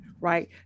right